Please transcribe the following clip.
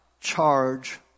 charge